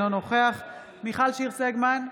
אינו נוכח מיכל שיר סגמן,